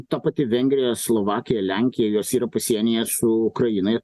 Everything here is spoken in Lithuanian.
ta pati vengrija slovakija lenkija jos yra pasienyje su ukraina